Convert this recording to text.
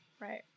Right